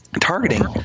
targeting